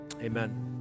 amen